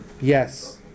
Yes